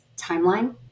timeline